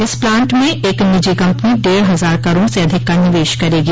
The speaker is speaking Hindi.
इस प्लांट में एक निजी कम्पनी डेढ़ हजार करोड़ से अधिक का निवेश करेगी